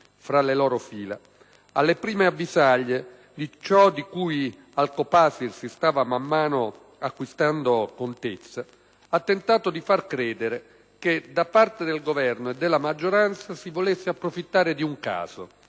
tra le loro fila, alle prime avvisaglie di ciò di cui al COPASIR si stava man mano acquistando contezza, ha tentato di far credere che da parte del Governo e della maggioranza si volesse approfittare di un caso,